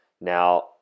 Now